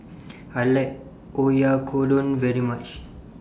I like Oyakodon very much